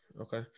okay